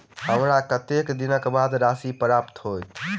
हमरा कत्तेक दिनक बाद राशि प्राप्त होइत?